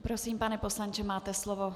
Prosím, pane poslanče, máte slovo.